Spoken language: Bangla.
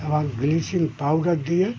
এবার ব্লিচিং পাউডার দিয়ে